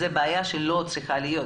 זאת בעיה שלא צריכה לקרות.